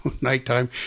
Nighttime